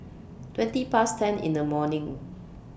twenty Past ten in The morning